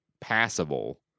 passable